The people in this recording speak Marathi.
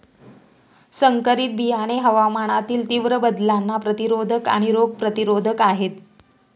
संकरित बियाणे हवामानातील तीव्र बदलांना प्रतिरोधक आणि रोग प्रतिरोधक आहेत